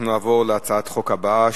אנחנו נעבור להצעת החוק הבאה,